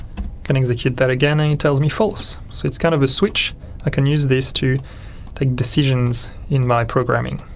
can execute that again and it tells me false. so it's kind of a switch i can use this to take decisions in my programming.